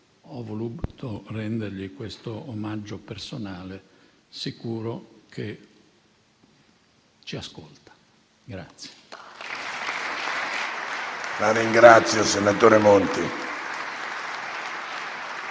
ho voluto rendergli questo omaggio personale, sicuro che ci ascolta.